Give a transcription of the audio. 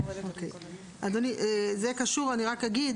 אדוני, אני רק אגיד